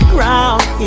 Ground